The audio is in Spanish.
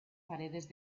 paredes